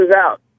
out